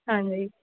ਹਾਂਜੀ